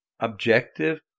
objective